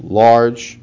large